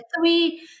three